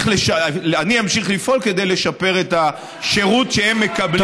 אני אמשיך לפעול כדי לשפר את השירות שהם מקבלים.